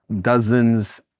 dozens